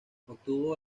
obtuvo